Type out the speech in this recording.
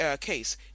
case